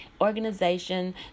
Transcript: organization